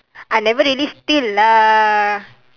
I never really steal lah